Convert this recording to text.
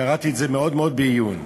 קראתי את זה מאוד מאוד בעיון.